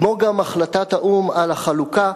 כמו גם החלטת האו"ם על החלוקה,